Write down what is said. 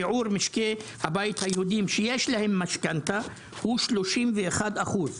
שיעור משקי הבית היהודיים שיש להם משכנתא הוא 31 אחוז.